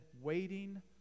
waiting